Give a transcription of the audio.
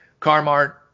Carmart